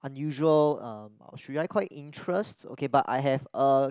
unusual um or should I call it interest okay but I have a